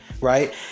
right